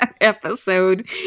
episode